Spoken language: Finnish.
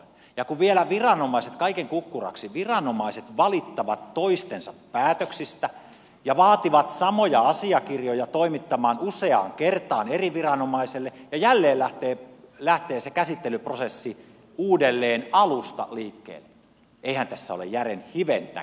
ja kun vielä viranomaiset kaiken kukkuraksi valittavat toistensa päätöksistä ja vaativat samoja asiakirjoja toimittamaan useaan kertaan eri viranomaiselle ja jälleen lähtee se käsittelyprosessi uudelleen alusta liikkeelle eihän tässä ole järjen hiventäkään